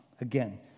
Again